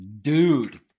Dude